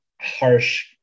harsh